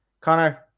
Connor